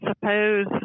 suppose